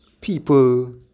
people